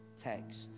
text